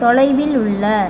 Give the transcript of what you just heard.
தொலைவில் உள்ள